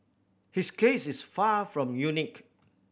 his case is far from unique